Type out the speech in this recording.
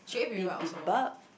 Bibimbap